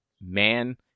man